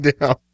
down